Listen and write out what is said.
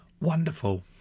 Wonderful